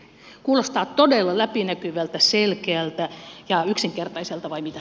kuulostaa todella läpinäkyvältä selkeältä ja yksinkertaiselta vai mitä